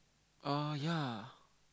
ah yea